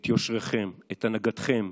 את יושרכם, את הנהגתכם,